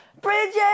Bridget